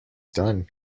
done